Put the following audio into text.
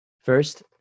First